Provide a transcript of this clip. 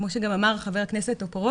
כמו שגם אמר ח"כ טופורובסקי,